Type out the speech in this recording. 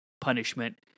punishment